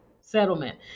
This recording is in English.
settlement